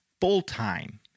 full-time